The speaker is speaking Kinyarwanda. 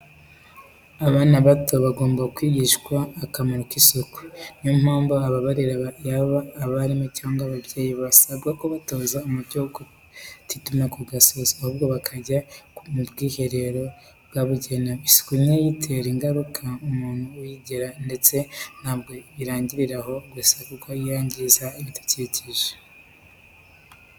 Abana bato bagomba kwigishwa akamaro k'isuku. Niyo mpamvu ababarera yaba abarimu cyangwa se ababyeyi basabwa kubatoza umuco wo kutituma ku gasozi, ahubwo bakajya mu bwiherero bwabugenewe. Isuku nkeya itera ingaruka umuntu uyigira ndetse ntabwo birangirira aho gusa kuko yangiza n'ibidukikije.